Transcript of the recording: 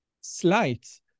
slides